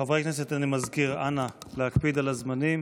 חברי הכנסת, אני מזכיר, נא להקפיד על הזמנים.